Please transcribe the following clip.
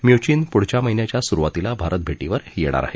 Mnuchin पुढच्या महिन्याच्या सुरुवातीला भारत भेटीवर येणार आहेत